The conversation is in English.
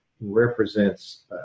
represents